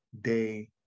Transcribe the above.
day